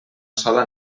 sola